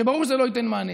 שברור שזה לא ייתן מענה.